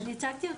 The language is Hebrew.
אני הצגתי אותה.